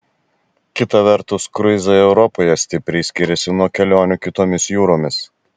kita vertus kruizai europoje stipriai skiriasi nuo kelionių kitomis jūromis